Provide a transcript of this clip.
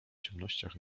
ciemnościach